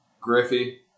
Griffey